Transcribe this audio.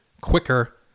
quicker